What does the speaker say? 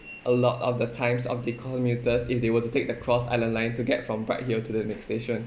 a lot of the times of the commuters if they were to take the cross island line to get from bright hill to the next station